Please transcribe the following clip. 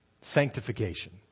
Sanctification